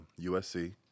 USC